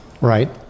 Right